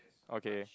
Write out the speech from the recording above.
okay